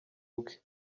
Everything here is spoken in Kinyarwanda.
ubwe